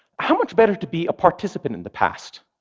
how much better to be a participant in the past,